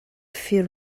fir